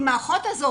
האחות הזו